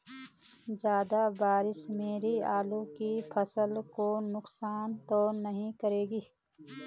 ज़्यादा बारिश मेरी आलू की फसल को नुकसान तो नहीं करेगी?